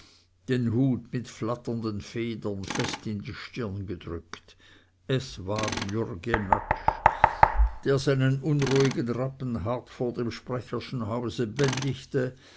den hut mit den flatternden federn fest in die stirn gedrückt es war jürg jenatsch der seinen unruhigen rappen hart vor dem sprecherschen hause bändigte